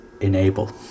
Enable